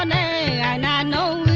a a and a